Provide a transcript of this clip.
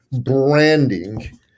branding